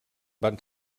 van